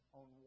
on